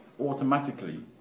automatically